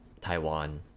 Taiwan